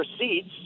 receipts